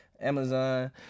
Amazon